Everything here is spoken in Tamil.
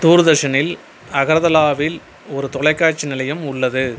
தூர்தர்ஷனில் அகர்தலாவில் ஒரு தொலைக்காட்சி நிலையம் உள்ளது